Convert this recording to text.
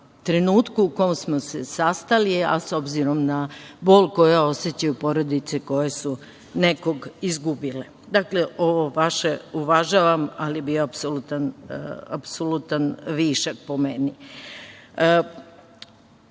trenutku u kom smo se sastali, a s obzirom na bol koji osećaju porodice koje su nekog izgubile. Dakle, ovo vaše uvažavam, ali je bio apsolutan višak, po meni. Ovde